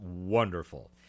wonderful